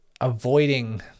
avoiding